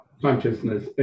consciousness